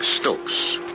Stokes